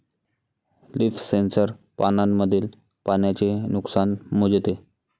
leaf sensor पानांमधील पाण्याचे नुकसान मोजते